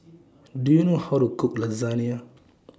Do YOU know How to Cook Lasagna